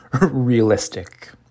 realistic